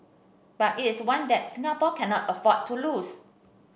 but it is one that Singapore cannot afford to lose